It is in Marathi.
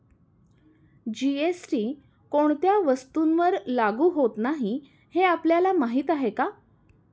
जी.एस.टी कोणत्या वस्तूंवर लागू होत नाही हे आपल्याला माहीत आहे का?